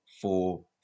four